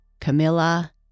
Camilla